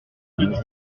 intérêts